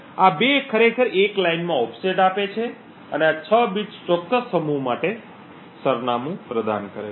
આ 2 ખરેખર એક લાઇનમાં ઓફસેટ આપે છે અને આ 6 બિટ્સ ચોક્કસ સમૂહ માટે સરનામું પ્રદાન કરે છે